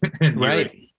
Right